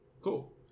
Cool